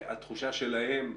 התחושה שלהם,